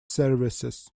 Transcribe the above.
services